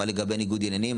מה לגבי ניגוד עניינים,